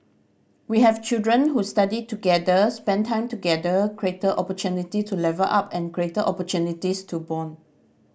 we have children who study together spent time together greater opportunity to level up and greater opportunities to bond